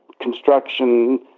construction